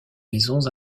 maisons